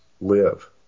live